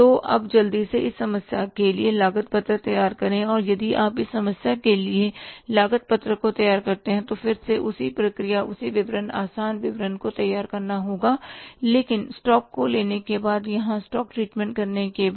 तो अब जल्दी से इस समस्या के लिए लागत पत्रक तैयार करें और यदि आप इस समस्या के लिए लागत पत्रक को तैयार करते हैं तो फिर से उसी प्रक्रिया उसी विवरण आसान विवरण को तैयार करना होगा लेकिन स्टॉक को लेने के बाद यहाँ स्टॉक ट्रीटमेंट करने के बाद